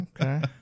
Okay